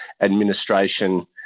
administration